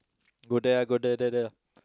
go there ah go there there there